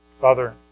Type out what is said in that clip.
Father